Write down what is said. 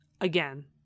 again